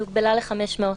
היא הוגבלה ל-500.